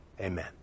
Amen